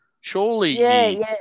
Surely